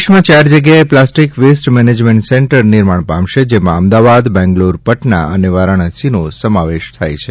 દેશમાં ચાર જગ્યાએ પ્લાસ્ટિક વેસ્ટ મેનેજમેન્ટ સેન્ટર નિર્માણ પામશે જેમાં અમદાવાદ બેંગ્લોર પટના અને વારાણસીનો સમાવેશ થાય છે